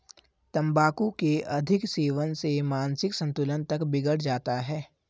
तंबाकू के अधिक सेवन से मानसिक संतुलन तक बिगड़ जाता है